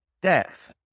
death